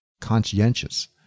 conscientious